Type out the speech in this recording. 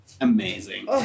Amazing